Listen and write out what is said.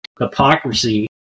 hypocrisy